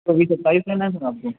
کبھی ستائیس میں میں جواب دوں